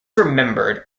remembered